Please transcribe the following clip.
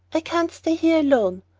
i can't stay here alone.